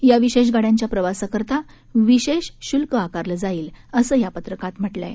या विशेष गाड्यांच्या प्रवासाकरता विशेष शुल्क आकारलं जाईल असं या पत्रकात म्हटलं आहे